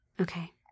Okay